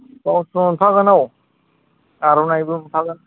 ब्लाउसबो मोनफागोन औ आर'नाइबो मोनफागोन